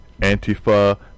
Antifa